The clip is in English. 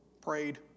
prayed